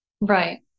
Right